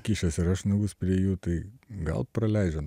kišęs ir aš nagus prie jų tai gal praleidžiam